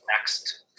next